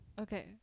okay